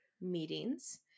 meetings